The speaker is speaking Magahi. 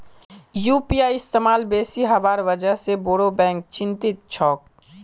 यू.पी.आई इस्तमाल बेसी हबार वजह से बोरो बैंक चिंतित छोक